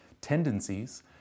tendencies